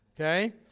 Okay